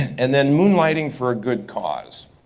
and then moonlighting for a good cause.